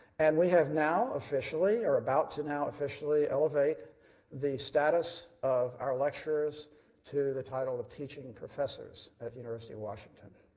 and we have now officially, or are about to know officially, elevate the status of our lecturers to the title of teaching professors at the university of washington.